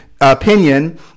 opinion